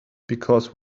because